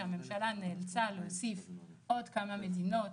שהממשלה נאלצה להוסיף עוד כמה מדינות